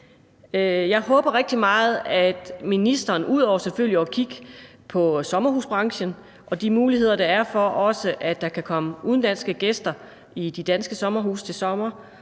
Jeg håber rigtig meget, at ministeren ud over selvfølgelig at kigge på sommerhusbranchen og de muligheder, der er for, at der også kan komme udenlandske gæster i de danske sommerhuse til sommer,